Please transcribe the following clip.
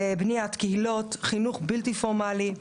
בניית קהילות, חינוך בלתי פורמלי,